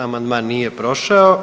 Amandman nije prošao.